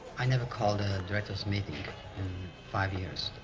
i never called a director's meeting in five years.